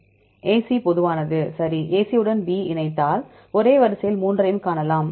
AC பொதுவானது சரி AC உடன் B இணைத்தால் ஒரே வரியில் மூன்றையும் காணலாம்